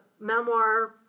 memoir